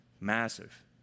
Massive